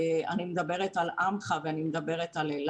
אני מדברת על "עמך" ו"אלה",